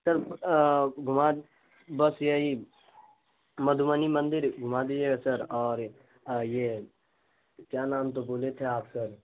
سر گھما بس یہی مدھوبنی مندر گھما دیجیے گا سر اور یہ کیا نام تو بولے تھے آپ سر